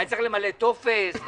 אני למלא טופס?